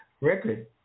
record